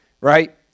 right